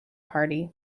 party